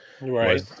right